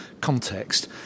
context